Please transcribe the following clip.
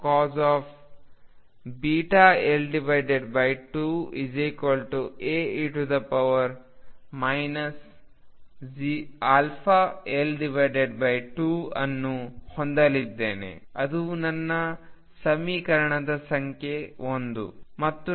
ಆದ್ದರಿಂದ ನಾನು Ccos βL2 Ae αL2 ಅನ್ನು ಹೊಂದಲಿದ್ದೇನೆ ಅದು ನನ್ನ ಸಮೀಕರಣದ ಸಂಖ್ಯೆ 1